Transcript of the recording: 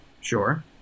Sure